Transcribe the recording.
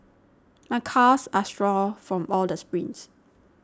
my calves are sore from all the sprints